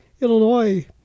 Illinois